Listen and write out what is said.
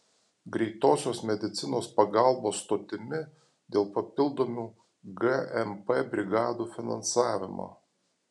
greitosios medicinos pagalbos stotimi dėl papildomų gmp brigadų finansavimo